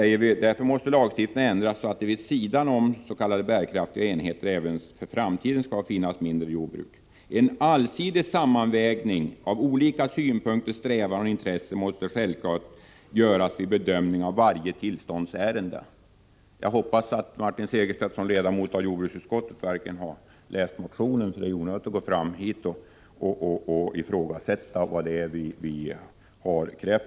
Därför måste lagstiftningen ändras så att det vid sidan av de s.k. bärkraftiga enheterna skall även för framtiden få finnas mindre jordbruk. —-—- En allsidig sammanvägning av olika synpunkter, strävanden och intressen måste självklart göras vid bedömning av varje tillståndsärende.” Jag hoppas att Martin Segerstedt som ledamot av jordbruksutskottet har läst motionen. Det är ju onödigt att gå fram till kammarens talarstol och ifrågasätta vad det är vi har krävt.